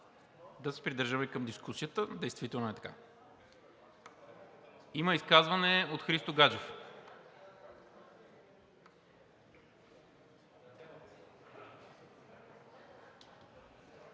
Да се придържаме към дискусията. Действително е така. Има изказване от Христо Гаджев.